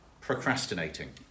procrastinating